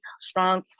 strong